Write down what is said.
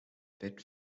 bit